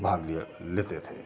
भाग लिया लेते थे